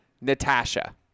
Natasha